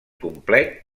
complet